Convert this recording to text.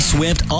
Swift